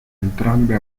entrambe